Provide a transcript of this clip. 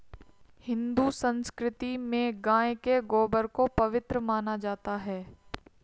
हिंदू संस्कृति में गाय के गोबर को पवित्र माना जाता है